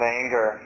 anger